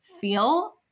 feel